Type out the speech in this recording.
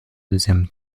deuxième